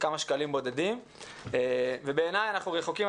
כמה שקלים בודדים ובעיניי אנחנו עדיין רחוקים